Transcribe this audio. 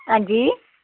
हां जी